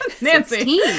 nancy